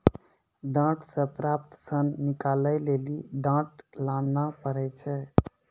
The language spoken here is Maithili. डांट से प्राप्त सन निकालै लेली डांट लाना पड़ै छै